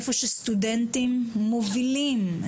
איפה שסטודנטים מובילים,